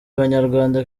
abanyarwanda